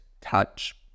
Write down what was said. touch